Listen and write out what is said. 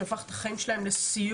שהפך את החיים שלהם לסיוט.